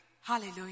Hallelujah